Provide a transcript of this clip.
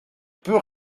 peu